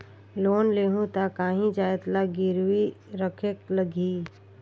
Loan लेहूं ता काहीं जाएत ला गिरवी रखेक लगही?